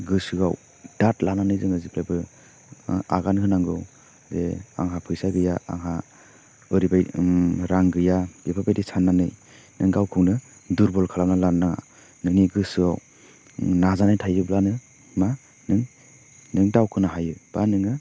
गोसोआव दाद लानानै जोङो जेब्लायबो आगान होनांगौ जे आंहा फैसा गैया आंहा ओरैबाय रां गैया बेफोरबायदि सान्नानै नों गावखौनो दुरबल खालामनानै लानो नाङा नोंनि गोसोआव नाजानाय थायोब्लानो मा नों नों दावखोनो हायो बा नोङो